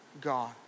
God